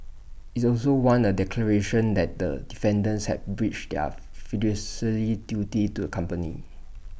IT also wants A declaration that the defendants have breached their fiduciary duties to A company